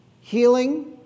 Healing